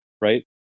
right